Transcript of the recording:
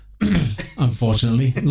unfortunately